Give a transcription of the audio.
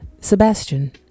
Sebastian